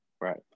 Right